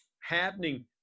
happening